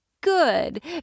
Good